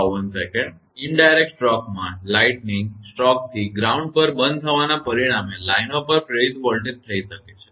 પરોક્ષ સ્ટ્રોકમાં લાઇટનીંગ સ્ટ્રોકથી ગ્રાઉન્ડ પર બંધ થવાના પરિણામે લાઇનો પર પ્રેરિત વોલ્ટેજ થઈ શકે છે